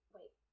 Wait